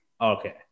okay